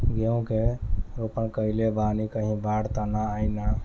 गेहूं के रोपनी कईले बानी कहीं बाढ़ त ना आई ना?